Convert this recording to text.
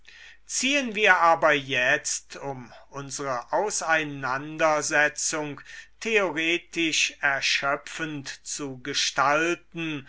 ziehen wir aber jetzt um unsere auseinandersetzung theoretisch erschpfend zu gestalten